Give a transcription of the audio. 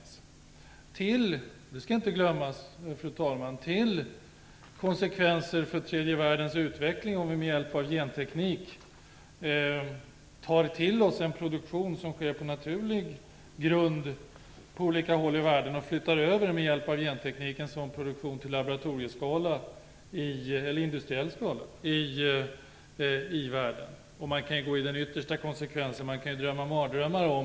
Fru talman! Vi får heller inte glömma de konsekvenser detta har för tredje världens utveckling. Vi kan med hjälp av genteknik ta till oss en produktion som sker på naturlig grund på olika håll i världen, och flytta över den med hjälp av genteknik till produktion i laboratorie och industriell skala. Den yttersta konsekvensen kan man drömma mardrömmar om.